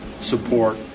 support